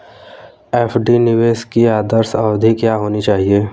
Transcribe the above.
FD निवेश की आदर्श अवधि क्या होनी चाहिए?